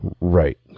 Right